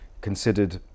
considered